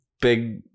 big